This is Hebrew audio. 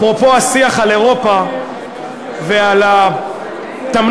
אפרופו השיח על אירופה ועל התמנון